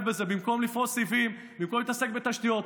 בזה במקום לפרוס סיבים ובמקום להתעסק בתשתיות.